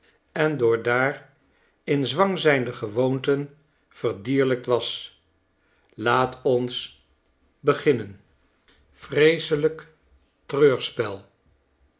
en door daar in zwang zijnde gewoonten verdierlijkt was laat ons beginnen jvrebselijk